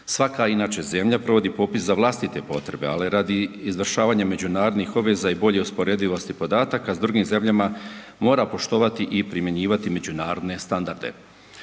Svaka inače zemlja provodi popis za vlastite potrebe, ali radi izvršavanja međunarodnih obveza i bolje usporedivosti podataka s drugim zemljama moram poštovati i primjenjivati međunarodne standarde.